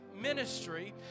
ministry